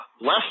Less